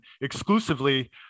exclusively